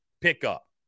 pickup